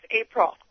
April